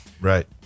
Right